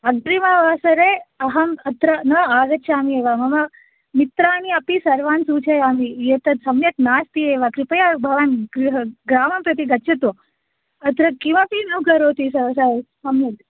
अग्रिम वासरे अहम् अत्र न आगच्छामि एव मम मित्राणि अपि सर्वान् सूचयामि एतत् सम्यक् नास्ति एव कृपया भवान् गृहं ग्रामं प्रति गच्छतु अत्र किमपि न करोति सम्यक्